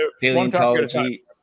paleontology